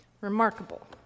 Remarkable